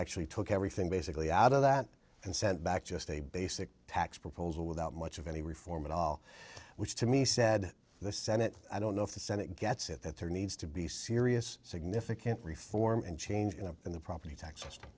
actually took everything basically out of that and sent back just a basic tax proposal without much of any reform at all which to me said the senate i don't know if the senate gets it that there needs to be serious significant reform and change in the property tax